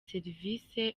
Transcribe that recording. serivisi